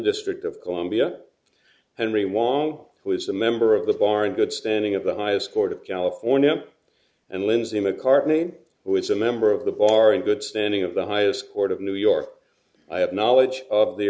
district of columbia henry won't who is a member of the bar in good standing of the highest court of california and lindsay mccartney who is a member of the bar in good standing of the highest court of new york i have knowledge of the